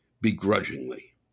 begrudgingly